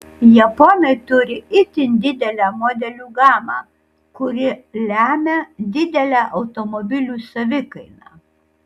japonai turi itin didelę modelių gamą kuri lemią didelę automobilių savikainą